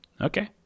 Okay